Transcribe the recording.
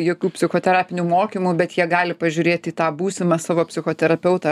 jokių psichoterapinių mokymų bet jie gali pažiūrėti į tą būsimą savo psichoterapeutą